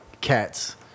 cats